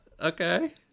Okay